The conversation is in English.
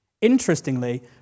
Interestingly